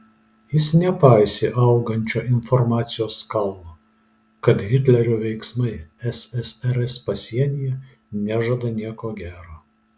jis nepaisė augančio informacijos kalno kad hitlerio veiksmai ssrs pasienyje nežada nieko gero